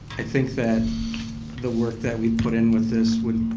i think that the work that we put in with this,